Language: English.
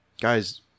guys